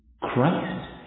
Christ